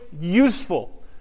useful